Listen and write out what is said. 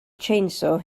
chainsaw